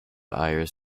ayers